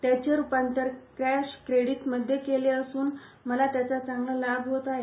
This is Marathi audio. त्याचे रूपांतर क्यॉश केडीट मध्ये केले असून मला त्याचा चांगला लाभ होत आहे